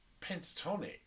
pentatonic